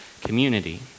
community